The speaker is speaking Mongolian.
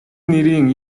нэрийн